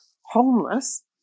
homeless